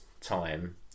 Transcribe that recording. time